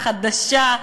חדשה,